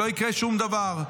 לא יקרה שום דבר.